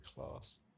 class